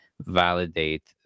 validate